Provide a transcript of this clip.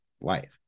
life